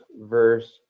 verse